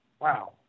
Wow